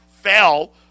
fell